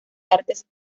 artes